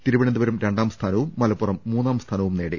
തിരു വനന്തപുരം രണ്ടാം സ്ഥാനവും മലപ്പുറം മൂന്നാം സ്ഥാനവും നേടി